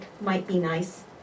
might-be-nice